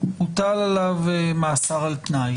הוטל עליו מאסר על תנאי